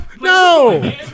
No